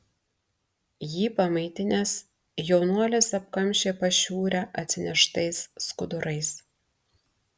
jį pamaitinęs jaunuolis apkamšė pašiūrę atsineštais skudurais